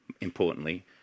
importantly